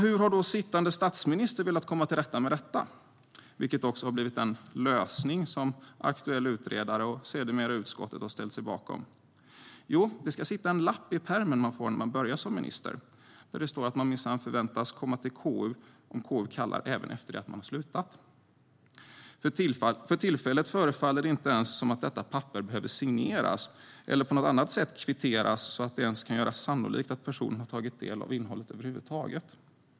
Hur har då sittande statsminister velat komma till rätta med detta, vilket också har blivit den lösning som aktuell utredare och sedermera utskottet har ställt sig bakom? Jo, det ska sitta en lapp i pärmen man får när man börjar som minister, där det står att man minsann förväntas komma om KU kallar även efter det att man har slutat. För tillfället förefaller det inte ens som att detta papper behöver signeras eller på något annat sätt kvitteras så att det kan göras sannolikt att berörda personer har tagit del av innehållet över huvud taget.